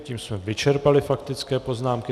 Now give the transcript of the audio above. A tím jsme vyčerpali faktické poznámky.